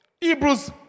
Hebrews